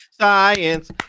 Science